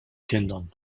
kindern